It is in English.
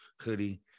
hoodie